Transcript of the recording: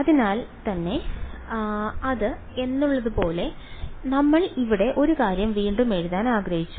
അതിനാൽ അതെ എന്നുള്ളപ്പോൾ നമ്മൾ ഇവിടെ ഒരു കാര്യം വീണ്ടും എഴുതാൻ ആഗ്രഹിച്ചു